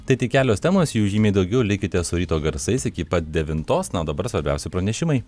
tai tik kelios temos jų žymiai daugiau likite su ryto garsais iki pat devintos na o dabar svarbiausi pranešimai